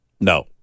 No